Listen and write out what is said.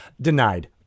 Denied